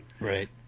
Right